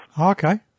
Okay